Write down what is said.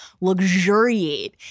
luxuriate